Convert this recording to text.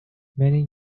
many